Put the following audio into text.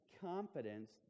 confidence